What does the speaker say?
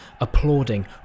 applauding